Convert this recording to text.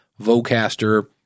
Vocaster